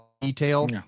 detail